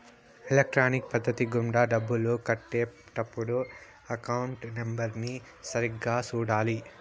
electronic పద్ధతి గుండా డబ్బులు కట్టే టప్పుడు అకౌంట్ నెంబర్ని సరిగ్గా సూడాలి